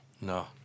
No